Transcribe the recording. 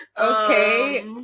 Okay